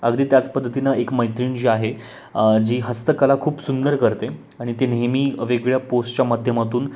अगदी त्याच पद्धतीनं एक मैत्रीण जी आहे जी हस्तकला खूप सुंदर करते आणि ती नेहमी वेगळ्या पोस्टच्या माध्यमातून